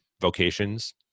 vocations